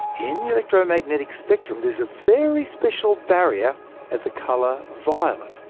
in the electromagnetic spectrum, there's a very special barrier at the colour violet.